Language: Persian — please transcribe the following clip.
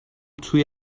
توی